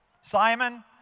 Simon